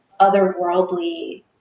otherworldly